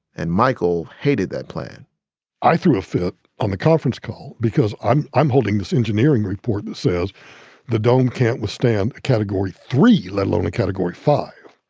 and michael hated that plan i threw a fit on the conference call because i'm i'm holding this engineering report that says the dome can't withstand a category three, let alone a category five.